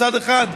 צד אחד.